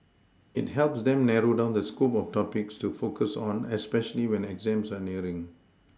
it helps them narrow down the scope of topics to focus on especially when exams are nearing